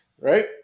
right